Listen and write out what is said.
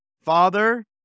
father